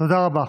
תודה רבה.